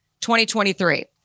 2023